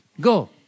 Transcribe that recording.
Go